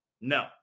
No